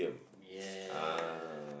ya